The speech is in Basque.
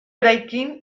eraikin